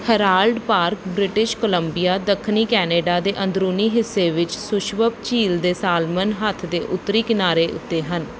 Herald Park British Columbia ਦੱਖਣੀ Canada ਦੇ ਅੰਦਰੂਨੀ ਹਿੱਸੇ ਵਿੱਚ ਸ਼ੁਸਵਪ ਝੀਲ ਦੇ ਸਾਲਮਨ ਹੱਥ ਦੇ ਉੱਤਰੀ ਕਿਨਾਰੇ ਉੱਤੇ ਹਨ